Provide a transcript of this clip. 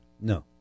No